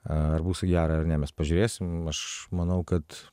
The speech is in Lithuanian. ar bus į gerą ar ne mes pažiūrėsim aš manau kad